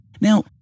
Now